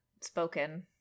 spoken